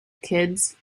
kids